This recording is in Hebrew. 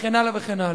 וכן הלאה וכן הלאה.